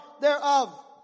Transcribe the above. thereof